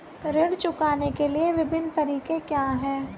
ऋण चुकाने के विभिन्न तरीके क्या हैं?